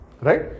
Right